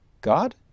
God